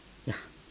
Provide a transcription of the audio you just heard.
ya